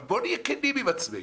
אבל בואו נהיה כנים עם עצמנו.